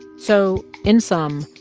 so in sum,